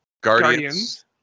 Guardians